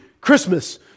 Christmas